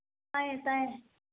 ꯇꯥꯏꯌꯦ ꯇꯥꯏꯌꯦ